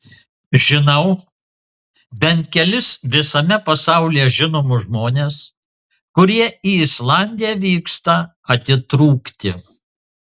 žinau bent kelis visame pasaulyje žinomus žmones kurie į islandiją vyksta atitrūkti